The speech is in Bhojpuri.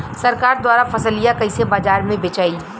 सरकार द्वारा फसलिया कईसे बाजार में बेचाई?